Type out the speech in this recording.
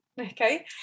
Okay